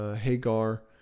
Hagar